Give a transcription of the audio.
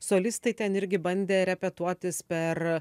solistai ten irgi bandė repetuotis per